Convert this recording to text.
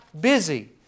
busy